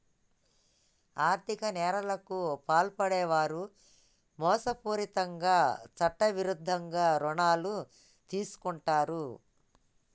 ఆర్ధిక నేరాలకు పాల్పడే వారు మోసపూరితంగా చట్టవిరుద్ధంగా రుణాలు తీసుకుంటరు